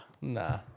Nah